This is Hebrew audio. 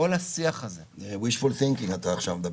כל השיח הזה --- זה wishful thinking מה שאתה עכשיו מדבר.